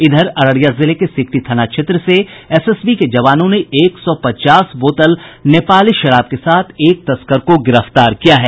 इधर अररिया जिले के सिकटी थाना क्षेत्र से एसएसबी के जवानों ने एक सौ पचास बोतल नेपाली शराब के साथ एक तस्कर को गिरफ्तार किया है